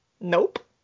Nope